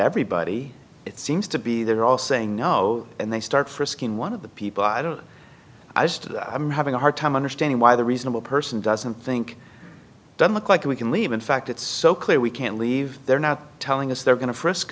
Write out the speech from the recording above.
everybody it seems to be they're all saying no and they start frisking one of the people i don't know i just i'm having a hard time understanding why the reasonable person doesn't think democrat can we can leave in fact it's so clear we can't leave they're not telling us they're going to frisk